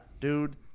dude